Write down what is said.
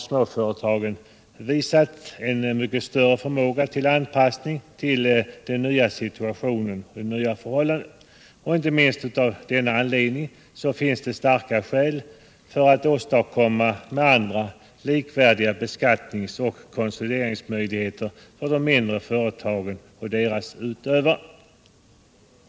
Småföretagen har visat en mycket större förmåga till anpassning till den nya situationen. Inte minst av denna anledning finns det starka skäl för att åstadkomma med andra likvärdiga beskattnings och konsolideringsmöjligheter för de mindre företagen och deras ägare.